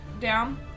down